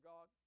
God